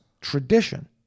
tradition